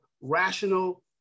rational